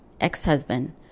ex-husband